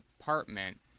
apartment